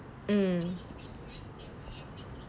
mm